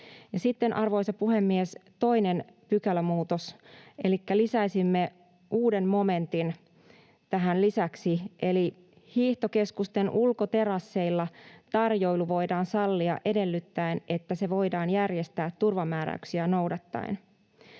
sitten, arvoisa puhemies, toinen pykälämuutos, elikkä lisäisimme uuden momentin tähän lisäksi: ”Hiihtokeskusten ulkoterasseilla tarjoilu voidaan sallia edellyttäen, että se voidaan järjestää turvamääräyksiä noudattaen.”